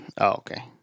okay